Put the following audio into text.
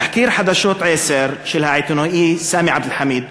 בתחקיר "חדשות 10" של העיתונאי סאמי עבד אל-חמיד,